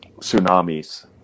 tsunamis